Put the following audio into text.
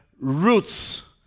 roots